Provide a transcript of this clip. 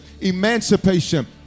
emancipation